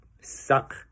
Suck